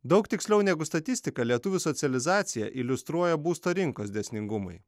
daug tiksliau negu statistika lietuvių socializaciją iliustruoja būsto rinkos dėsningumai